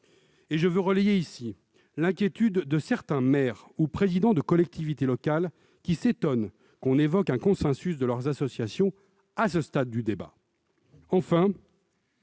de relayer ici l'inquiétude de certains maires et présidents de collectivités locales, qui s'étonnent que l'on évoque un consensus de leurs associations à ce stade du débat. Enfin,